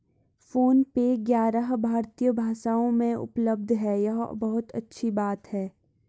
phone पे ग्यारह भारतीय भाषाओं में उपलब्ध है यह बहुत अच्छी बात है